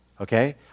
okay